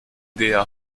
der